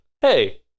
hey